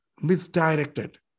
misdirected